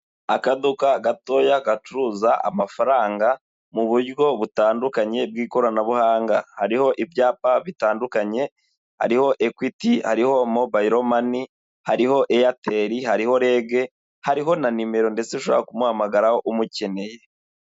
Akaduka gatoya gacuruza amafaranga mu buryo butandukanye bw'ikoranabuhanga, hariho ibyapa bitandukanye. Hariho ekwiti, hariho mombayiro mane, hariho Eyateri, hariho rege, hariho na nimero ndetse ushobora kumuhamagaraho umukeneye.